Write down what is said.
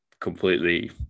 completely